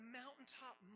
mountaintop